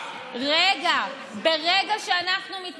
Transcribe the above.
יכול להיות שיגידו לך,